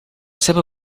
seva